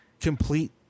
complete